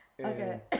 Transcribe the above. okay